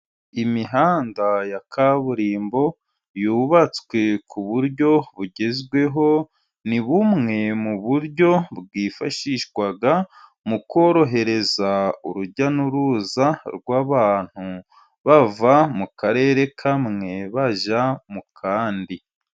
Imihanda ya kaburimbo yubatswe ku buryo bugezweho, ni bumwe mu buryo bwifashishwa mu korohereza urujya n'uruza rw'abantu bava mu karere kamwe bajya mu kandi.